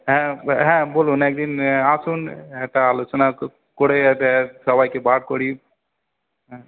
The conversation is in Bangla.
হ্যাঁ হ্যাঁ বলুন এক দিন আসুন একটা আলোচনা কো করে একটা সবাইকে বার করি হ্যাঁ